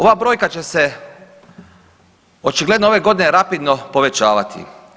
Ova brojka će se očigledno ove godine rapidno povećavati.